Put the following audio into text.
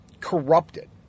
corrupted